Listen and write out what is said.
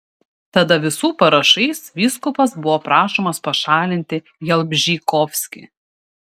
tada visų parašais vyskupas buvo prašomas pašalinti jalbžykovskį